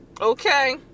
okay